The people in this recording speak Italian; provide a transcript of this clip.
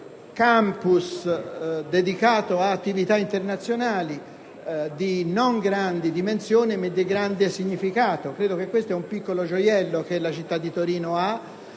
un *campus* dedicato ad attività internazionali di non grandi dimensioni, ma di grande significato. Credo che esso costituisca un piccolo gioiello della città di Torino.